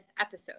episode